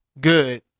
good